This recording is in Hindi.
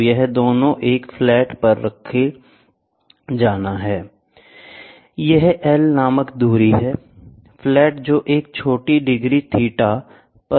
तो यह दोनों एक फ्लैट पर रखा जाना है यह L नामक दूरी है फ्लैट जो एक छोटी डिग्री थीटा पर रखा गया है